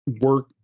work